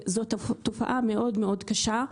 זו תופעה מאוד מאוד קשה.